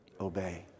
obey